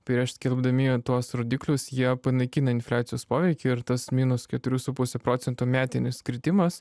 prieš skelbdami tuos rodiklius jie panaikina infliacijos poveikį ir tas minus keturių su puse procentų metinis kritimas